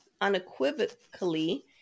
unequivocally